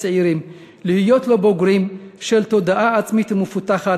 צעירים להיות לבוגרים בעלי תודעה עצמית מפותחת,